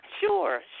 Sure